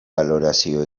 balorazio